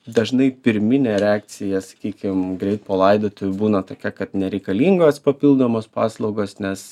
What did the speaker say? dažnai pirminė reakcija sakykim greit palaidoti būna tokia kad nereikalingos papildomos paslaugos nes